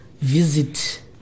visit